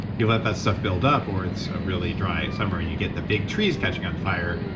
you let that stuff build up or it's a really dry summer and you get the big trees catching on fire,